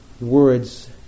words